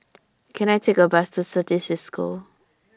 Can I Take A Bus to Certis CISCO